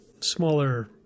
smaller